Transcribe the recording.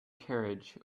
carriage